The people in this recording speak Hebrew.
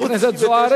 רק אני אוויר.